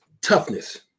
toughness